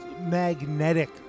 magnetic